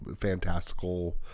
fantastical